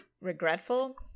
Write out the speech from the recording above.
regretful